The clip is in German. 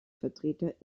vertreter